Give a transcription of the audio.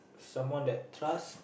someone that trust